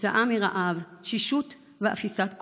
כתוצאה מרעב, תשישות ואפיסת כוחות.